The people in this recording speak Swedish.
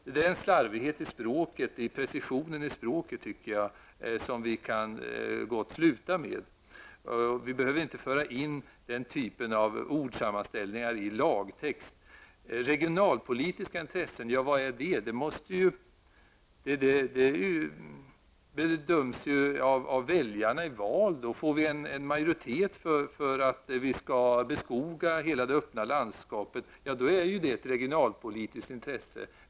Det är en slarvighet i språket, i precisionen av språket, som vi enligt min uppfattning gott kan sluta med. Vi behöver inte föra in den typen av ordsammanställningar i lagtext. ''Regionalpolitiska intressen'', vad är det? Det måste vara något som avgörs av väljarna i val. Får vi en majoritet för att vi skall beskoga hela det öppna landskapet, så är det ett regionalpolitiskt intresse.